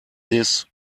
this